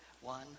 one